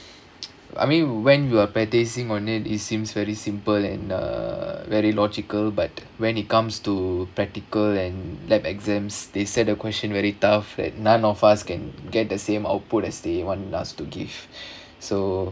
I mean when we were practicing on it it seems very simple and uh very logical but when it comes to practical and laboratory exams they set the question very tough that none of us can get the same output as they want us to give so